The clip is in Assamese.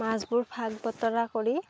মাছবোৰ ভাগ বতৰা কৰি